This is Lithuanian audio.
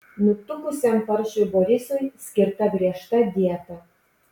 nutukusiam paršui borisui skirta griežta dieta